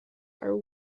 are